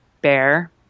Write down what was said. bear